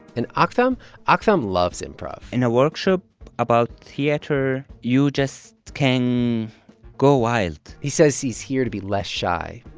and ah aktham ah aktham loves improv in a workshop about theater, you just can go wild he says he's here to be less shy.